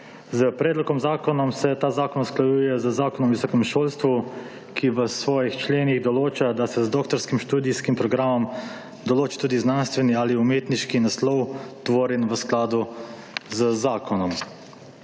S predlogom zakona se ta zakon usklajuje z Zakonom o visokem šolstvu, ki v svojih členih določa, da se z doktorskim študijskim programom določi tudi znanstveni ali umetniški naslov, tvorjen v skladu z zakonom.